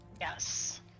Yes